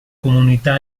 comunità